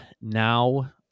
now